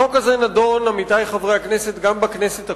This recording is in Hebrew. החוק הזה נדון גם בכנסת הקודמת,